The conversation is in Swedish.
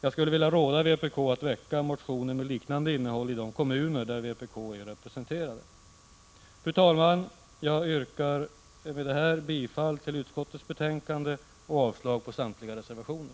Jag skulle vilja råda vpk att väcka motioner med liknande innehåll i de kommuner där vpk är representerat. Fru talman! Jag yrkar med det sagda bifall till utskottets hemställan och avslag på samtliga reservationer.